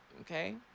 okay